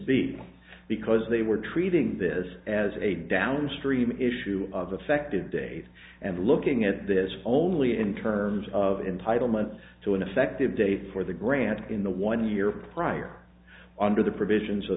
b because they were treating this as a downstream issue of effective date and looking at this only in terms of entitlement to an effective date for the grant in the one year prior under the provisions o